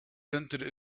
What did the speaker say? center